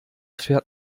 fährt